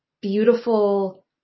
beautiful